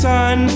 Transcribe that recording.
Sun